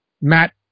Matt